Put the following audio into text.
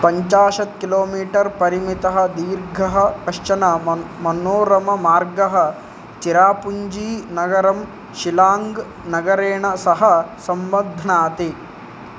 पञ्चाशत् किलोमीटर् परिमितः दीर्घः कश्चन मन मनोरममार्गः चिरापुञ्जीनगरं शिलाङ्ग् नगरेण सह सम्बध्नाति